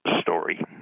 story